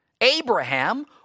Abraham